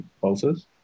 pulses